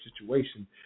situation